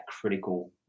critical